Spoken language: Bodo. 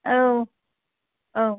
औ औ